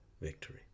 victory